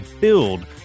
build